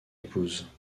épouse